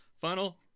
funnel